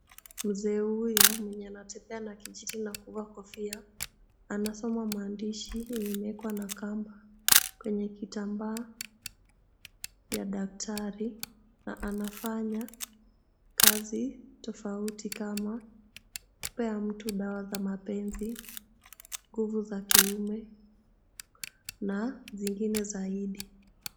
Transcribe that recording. Mzee huyo mwenye anatembea na kijiti na kuvaa kofia, anasoma maandishi yenye imewekwa na kamba kwenye kitambaa ya daktari. Na anafanya kazi tofauti kama kupea mtu dawa za mapenzi, nguvu za kiume, na zingine zaidi.